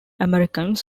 americans